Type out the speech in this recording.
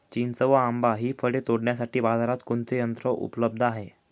चिंच व आंबा हि फळे तोडण्यासाठी बाजारात कोणते यंत्र उपलब्ध आहे?